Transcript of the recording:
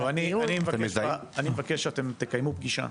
טוב, אני מבקש שאתם תקיימו פגישה